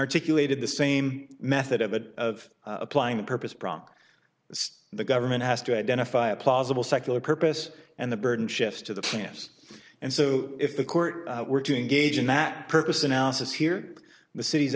articulated the same method of a applying the purpose bronc the government has to identify a plausible secular purpose and the burden shifts to the plans and so if the court were to engage in that purpose analysis here the city's